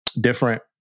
different